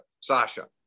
Sasha